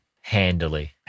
handily